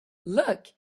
look